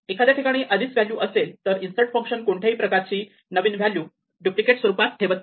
एखाद्या ठिकाणी आधीच व्हॅल्यू असेल तर इन्सर्ट फंक्शन कोणत्याही प्रकारची नवीन व्हॅल्यू डुप्लिकेट स्वरूपात ठेवत नाही